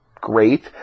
great